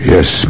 Yes